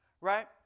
right